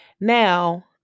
Now